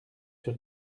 sur